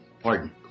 pardon